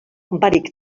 barik